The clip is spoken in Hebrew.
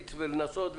להריץ ולנסות.